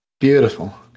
Beautiful